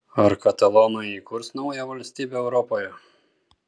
ar katalonai įkurs naują valstybę europoje